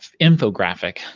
infographic